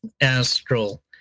astral